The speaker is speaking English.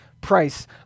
price